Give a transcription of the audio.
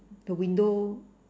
the window